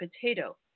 potato